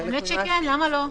האמת שכן, למה לא?